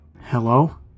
Hello